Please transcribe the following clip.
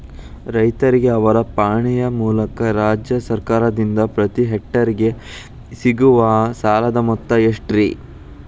ರೈತರಿಗೆ ಅವರ ಪಾಣಿಯ ಮೂಲಕ ರಾಜ್ಯ ಸರ್ಕಾರದಿಂದ ಪ್ರತಿ ಹೆಕ್ಟರ್ ಗೆ ಸಿಗುವ ಸಾಲದ ಮೊತ್ತ ಎಷ್ಟು ರೇ?